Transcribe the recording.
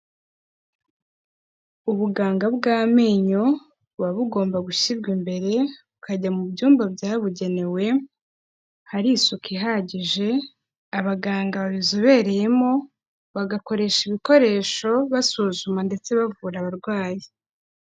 Ubuganga bw'amenyo, buba bugomba gushyirwa imbere, bukajya mu byumba byabugenewe, hari isuku ihagije, abaganga babizobereyemo, bagakoresha ibikoresho basuzuma ndetse bavura abarwayi.